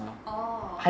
orh